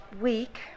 week